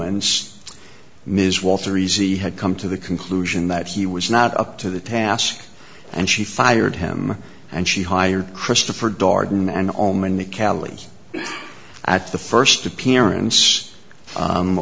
e ms walter easy had come to the conclusion that he was not up to the task and she fired him and she hired christopher darden and all men the callee at the first appearance